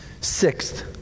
Sixth